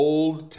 Old